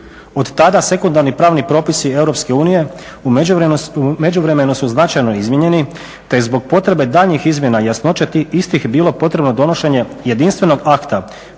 Od tada sekundarni pravni propisi Europske unije u međuvremenu su značajno izmijenjeni, te je zbog potrebe daljnjih izmjena i jasnoća tih istih bilo potrebno donošenje jedinstvenog akta,